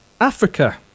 Africa